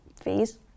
fees